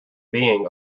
being